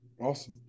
Awesome